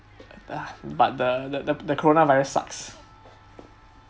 but the the the coronavirus sucks